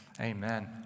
Amen